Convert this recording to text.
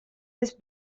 his